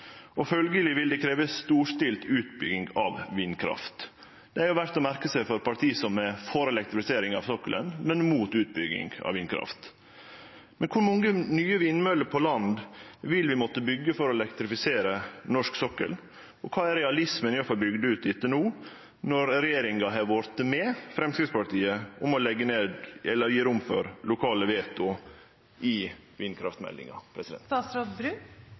og følgeleg vil det krevje storstilt utbygging av vindkraft. Det er verdt å merke seg for eit parti som er for elektrifisering av sokkelen, men mot utbygging av vindkraft. Kor mange nye vindmøller på land vil vi måtte byggje for å elektrifisere norsk sokkel, og kva er realismen i å få bygd ut dette no når regjeringa har vorte med Framstegspartiet på å gje rom for lokale veto i vindkraftmeldinga?